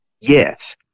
Yes